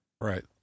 Right